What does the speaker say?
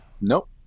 Nope